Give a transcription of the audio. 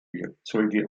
werkzeuge